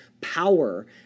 power